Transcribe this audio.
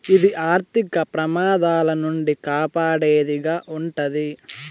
ఇది ఆర్థిక ప్రమాదాల నుండి కాపాడేది గా ఉంటది